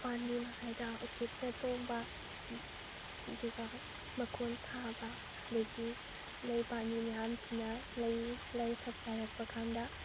ꯎꯄꯥꯝꯕꯤ ꯃꯈꯩꯗ ꯎꯆꯦꯛꯅ ꯇꯣꯡꯕ ꯑꯗꯨꯒ ꯃꯈꯣꯟ ꯁꯥꯕ ꯑꯗꯒꯤ ꯂꯩ ꯄꯥꯝꯕꯤ ꯃꯌꯥꯝꯁꯤꯅ ꯂꯩ ꯁꯥꯠꯀꯥꯏꯔꯛꯄ ꯀꯥꯟꯗ